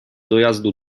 dojazdu